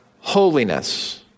holiness